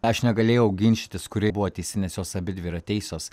aš negalėjau ginčytis kuri buvo teisi nes jos abidvi yra teisios